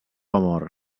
amor